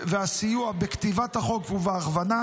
והסיוע בכתיבת החוק ובהכוונה,